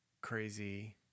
crazy